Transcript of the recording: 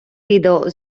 відео